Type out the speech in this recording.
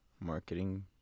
marketing